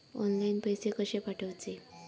Online पैसे कशे पाठवचे?